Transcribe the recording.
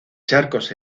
charcos